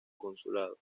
consulado